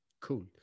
Cool